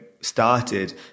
started